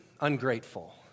ungrateful